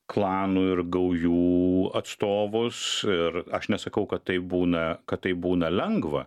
klanų ir gaujų atstovus ir aš nesakau kad taip būna kad tai būna lengva